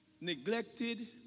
neglected